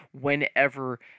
whenever